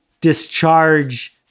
discharge